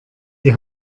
die